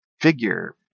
figure